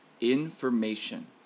information